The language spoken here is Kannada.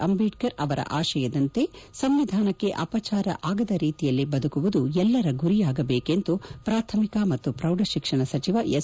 ಅಂಬೇಡ್ತರ್ ಅವರ ಆಶಯದಂತೆ ಸಂವಿಧಾನಕ್ಕೆ ಅಪಚಾರವಾಗದ ರೀತಿಯಲ್ಲಿ ಬದುಕುವುದು ಎಲ್ಲರ ಗುರಿಯಾಗಬೇಕು ಎಂದು ಪ್ರಾಥಮಿಕ ಮತ್ತು ಪ್ರೌಢಶಿಕ್ಷಣ ಸಚಿವ ಎಸ್